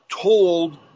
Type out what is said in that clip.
told